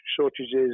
shortages